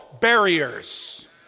barriers